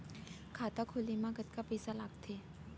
खाता खोले मा कतका पइसा लागथे?